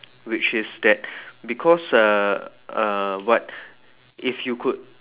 which is that because uh uh what if you could